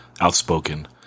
outspoken